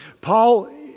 Paul